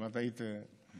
אם את היית נשארת,